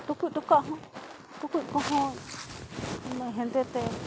ᱴᱩᱠᱩᱡ ᱴᱚᱠᱟᱜ ᱦᱚᱸ ᱴᱩᱠᱩᱡ ᱠᱚᱦᱚᱸ ᱩᱱᱟᱹᱜ ᱦᱮᱸᱫᱮ ᱛᱮ